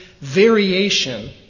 variation